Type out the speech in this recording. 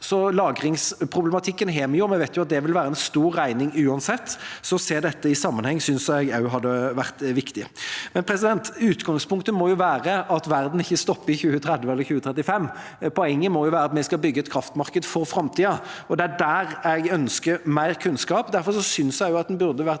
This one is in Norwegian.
så lagringsproblematikken har vi jo. Vi vet at det vil være en stor regning uansett, så å se dette i sammenheng synes jeg også hadde vært viktig. Utgangspunktet må være at verden ikke stopper i 2030 eller 2035. Poenget må være at vi skal bygge et kraftmarked for framtida, og det er der jeg ønsker mer kunnskap. Derfor synes jeg også at det burde vært